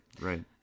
right